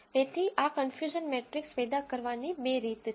તેથી આ confusion matrix પેદા કરવાની બે રીત છે